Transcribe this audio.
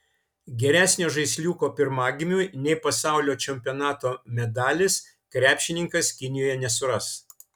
geresnio žaisliuko pirmagimiui nei pasaulio čempionato medalis krepšininkas kinijoje nesuras